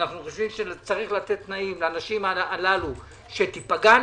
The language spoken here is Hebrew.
אנו חושבים שצריך לתת תנאים לנשים הללו שתיפגענה.